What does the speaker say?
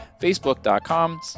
facebook.com